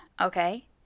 okay